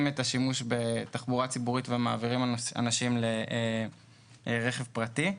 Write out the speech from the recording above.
את השימוש בתחבורה ציבורית ומעבירים אנשים לרכב פרטי.